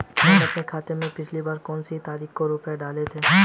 मैंने अपने खाते में पिछली बार कौनसी तारीख को रुपये डाले थे?